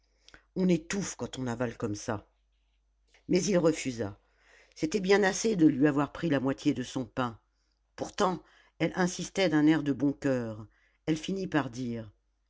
on étouffe quand on avale comme ça mais il refusa c'était bien assez de lui avoir pris la moitié de son pain pourtant elle insistait d'un air de bon coeur elle finit par dire